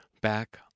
back